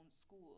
school